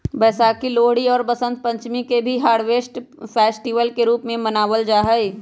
वैशाखी, लोहरी और वसंत पंचमी के भी हार्वेस्ट फेस्टिवल के रूप में मनावल जाहई